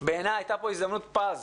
בעיניי הייתה פה הזדמנות פז